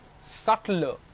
subtler